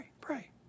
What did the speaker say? pray